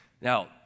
Now